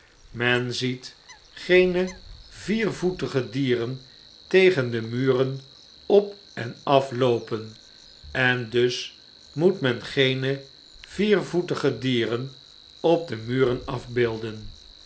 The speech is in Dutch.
men ziet geene viervoetige dieren tegen de muren op en afloopen en dus moet men geene viervoetige dieren op de muren afbeelden